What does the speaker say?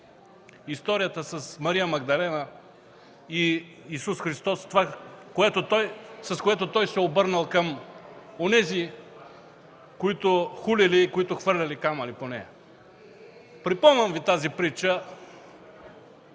историята с Магдалена и Исус Христос, с което той се е обърнал към онези, които я хулели и хвърляли камъни по нея. Припомням Ви тази притча,